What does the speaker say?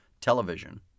television